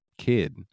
kid